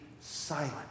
silent